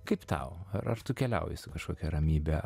kaip tau ar ar tu keliauji su kažkokia ramybe